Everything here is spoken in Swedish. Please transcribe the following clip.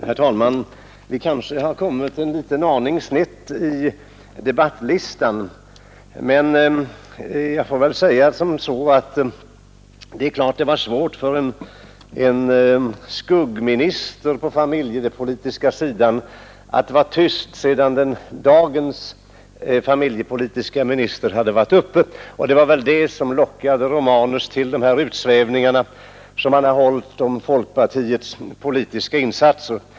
Herr talman! Vi kanske har kommit en liten aning snett på talarlistan. Det är naturligtvis svårt för en ”skuggminister” på den familjepolitiska sidan att vara tyst sedan dagens familjepolitiska minister hade varit uppe, och det var väl det som lockade herr Romanus till utsvävningarna om folkpartiets politiska insatser.